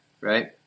right